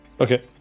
Okay